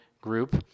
group